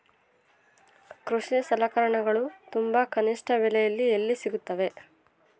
ಕೃಷಿ ಸಲಕರಣಿಗಳು ತುಂಬಾ ಕನಿಷ್ಠ ಬೆಲೆಯಲ್ಲಿ ಎಲ್ಲಿ ಸಿಗುತ್ತವೆ?